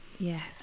Yes